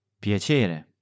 Piacere